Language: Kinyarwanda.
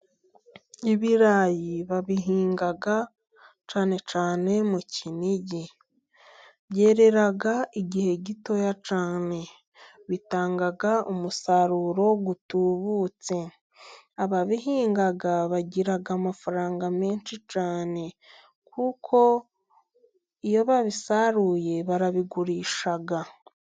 Ibirayi babihinga cyane cyane mu Kinigi. Byerera igihe gitoya cyane. Bitanga umusaruro utubutse. Ababihinga bagira amafaranga menshi cyane, kuko iyo babisaruye barabigurisha.